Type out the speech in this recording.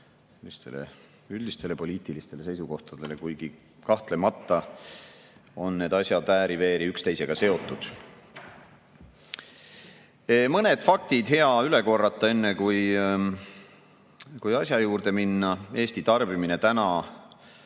üldistele poliitilistele seisukohtadele, kuigi kahtlemata on need asjad ääri-veeri seotud. Mõned faktid on hea üle korrata, enne kui asja juurde minna. Eesti tarbimine